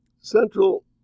central